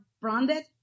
branded